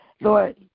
lord